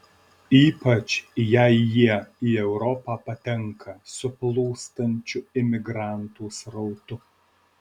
ypač jei jie į europą patenka su plūstančiu imigrantų srautu